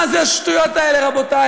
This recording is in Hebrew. מה זה השטויות האלה, רבותי?